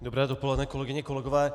Dobré dopoledne, kolegyně, kolegové.